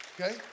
Okay